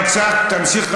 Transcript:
בבקשה, תמשיך,